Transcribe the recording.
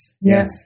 yes